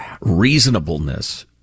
reasonableness